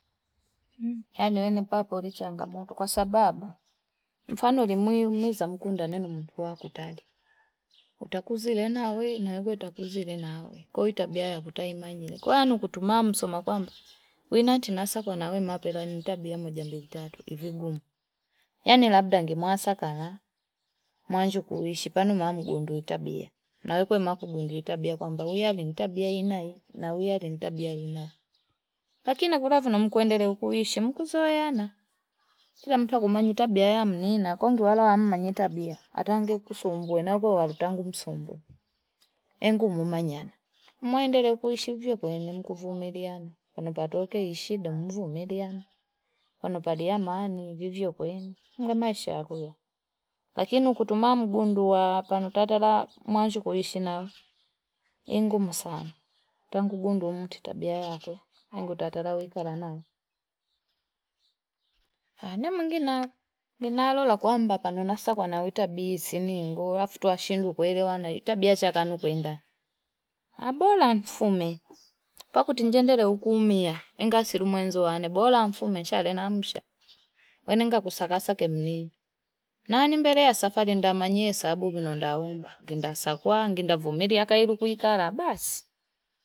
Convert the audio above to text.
Yan apopuli ni changa moto kwa sababu, mfano li mwiu mweza mkunda nini mtuwa kutali. Utakuzile na we na uwe utakuzile na awe kuhitabia ya kutahimanyile. Kwa anu kutumaa msuma kwa mba. Kuinati nasa kwa na we mapela nintabia moja mbili tatu, ifigumu. Yani labda nge maasakara. Mwanju kuhishi panu maamu gundu itabia. Na we koe maku gundu itabia kwa mba. Uya lintabia inayi na uya lintabia inayi. Lakina kurafu na mkuendele kuhishi mkuzoyana. Kila mtuwa kumanyitabia ya mnina, kongu wala wamanyitabia. Atange kusumbwe na uko walutangu msumbwe. Engu mwumanyana. Mwaendele kuhishi vio kwenye mkufumiliana. Kwa nopatoke ishida mvumiliana. Kwa nopaliamani vivio kwenye. Nge maisha kuyo. Lakinu kutumaa mkundu wa panu tatala mwanju kuhishi na Engumu sana. Tangu gundu umutitabia yako. Engu tatala wikaranao. Anema nginalola kwa mbapa. Nunasa kwa nawitabizi ningo. Afutuwa shindu kuwele wana. Itabia chaka nukuenda. Abola nfume. Pakutinjendele ukumia. Nga sirumu enzo wane. Abola nfume chale namsha. Nga kusakasa ke mnini. Na nimelea safari nda manye sabu ndilo ndaunga ngenda sakwaa ngenda vumilia kairikuikara basi.